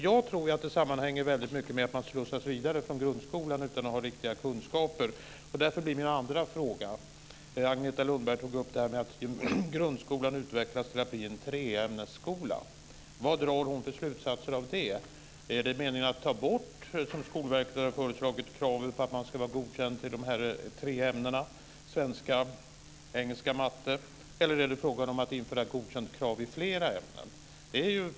Jag tror att detta mycket sammanhänger med att man slussas vidare från grundskolan utan att ha riktiga kunskaper. Agneta Lundberg tog upp att grundskolan utvecklas till att bli en treämnesskola. Därför blir min andra fråga: Vilka slutsatser drar hon av det? Är det meningen att, som Skolverket har föreslagit, ta bort kravet på godkänt i de tre ämnena svenska, engelska och matte, eller är det frågan om att införa krav på godkänt i flera ämnen?